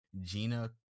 Gina